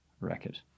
record